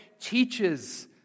teaches